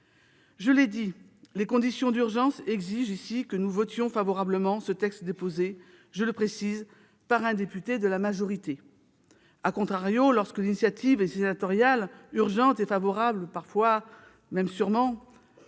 Je l'ai dit, les conditions d'urgence exigent que nous votions favorablement ce texte déposé- je le précise -par un député de la majorité., lorsque l'initiative est sénatoriale, urgente et favorable à 11 millions